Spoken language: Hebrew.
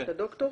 אתה דוקטור?